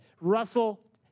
Russell